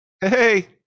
hey